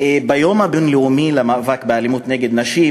ביום הבין-לאומי למאבק באלימות נגד נשים